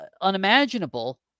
unimaginable